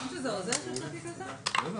מתוך הצעת חוק התכנית הכלכלית (תיקוני חקיקה ליישום